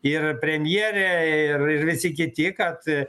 ir premjerė ir visi kiti kad